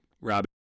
Rob